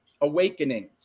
Awakenings